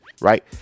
right